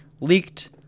leaked